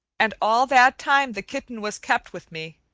and all that time the kitten was kept with me.